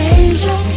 angel